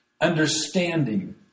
understanding